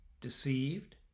deceived